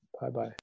Bye-bye